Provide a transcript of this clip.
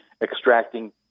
extracting